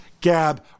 gab